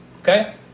Okay